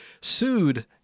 sued